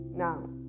Now